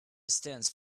stands